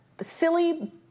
silly